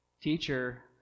Teacher